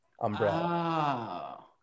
umbrella